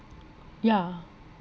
yeah